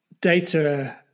data